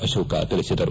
ಅಶೋಕ್ ತಿಳಿಸಿದರು